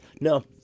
No